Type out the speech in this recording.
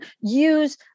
use